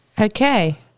Okay